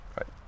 Right